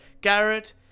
Garrett